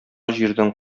җирдән